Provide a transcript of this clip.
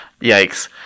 Yikes